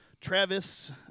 Travis